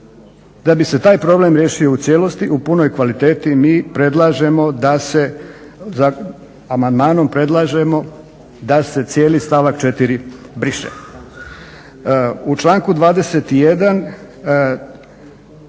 da bi se taj problem riješio u cijelosti u punoj kvaliteti mi amandmanom predlažemo da se cijeli stavak 4. briše.